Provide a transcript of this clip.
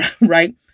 right